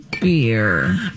beer